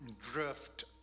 drift